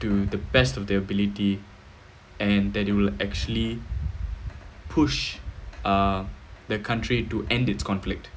to the best of their ability and that they will actually push uh the country to end its conflict